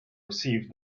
received